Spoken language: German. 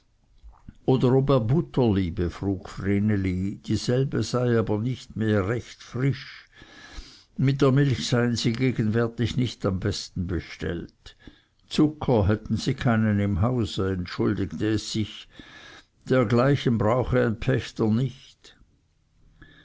oder ob er butter liebe frug vreneli dieselbe sei aber nicht mehr recht frisch mit der milch seien sie gegenwärtig nicht am besten bestellt zucker hätten sie keinen im hause entschuldigte es sich dergleichen brauche ein pächter nicht